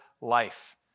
life